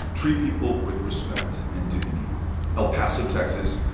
treat people with respect and dignity el paso, texas,